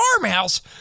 farmhouse